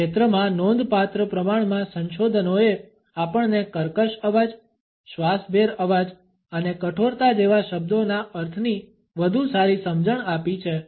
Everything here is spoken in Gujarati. આ ક્ષેત્રમાં નોંધપાત્ર પ્રમાણમાં સંશોધનોએ આપણને કર્કશ અવાજ શ્વાસભેર અવાજ અને કઠોરતા જેવા શબ્દોના અર્થની વધુ સારી સમજણ આપી છે